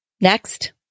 Next